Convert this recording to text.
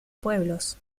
pueblos